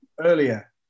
earlier